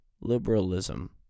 liberalism